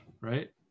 right